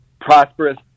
prosperous